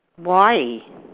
why